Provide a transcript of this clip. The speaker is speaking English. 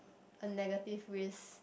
a negative risk